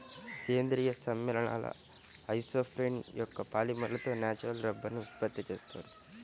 సేంద్రీయ సమ్మేళనాల ఐసోప్రేన్ యొక్క పాలిమర్లతో న్యాచురల్ రబ్బరుని ఉత్పత్తి చేస్తున్నారు